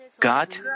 God